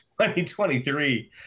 2023